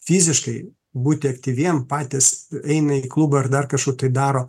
fiziškai būti aktyviem patys eina į klubą ar dar kažkur tai daro